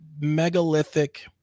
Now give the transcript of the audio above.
megalithic